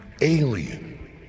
alien